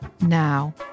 Now